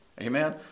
Amen